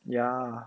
ya